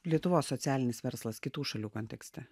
lietuvos socialinis verslas kitų šalių kontekste